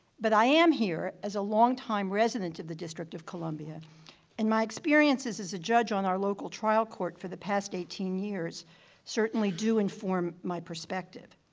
but i am here as a long-time resident of the district of columbia and my experiences as a judge on our local trial court for the past eighteen years certainly do inform my perspective.